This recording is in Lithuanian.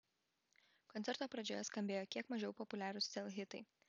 koncerto pradžioje skambėjo kiek mažiau populiarūs sel hitai